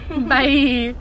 Bye